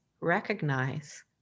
recognize